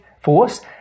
force